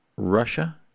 Russia